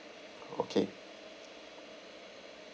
okay